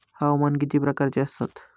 हवामान किती प्रकारचे असतात?